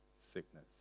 sickness